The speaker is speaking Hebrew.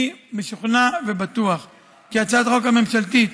אני משוכנע ובטוח כי הצעת החוק הממשלתית